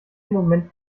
moment